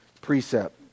precept